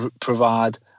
provide